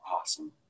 awesome